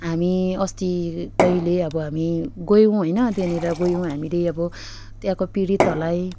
हामी अस्ति कहिले अब हामी गयौँ होइन त्यहाँनेर गयौँ हामीले अब त्यहाँको पीडितहरूलाई